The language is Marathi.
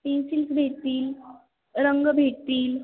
पेन्सिल्स भेटतील रंग भेटतील